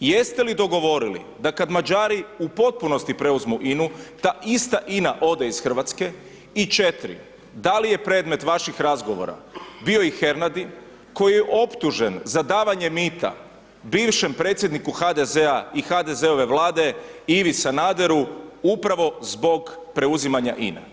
Jeste li dogovorili da kad Mađari u potpunosti preuzmu INA-u, ta ista INA ode iz Hrvatske i četiri, da li je predmet vaših razgovora bio i Hernadi koji je optužen za davanje mita bivšem predsjedniku HDZ-a i HDZ-ove Vlade Ivi Sanaderu, upravo zbog preuzimanja INA-e?